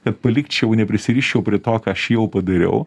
kad palikčiau neprisiriščiau prie to ką aš jau padariau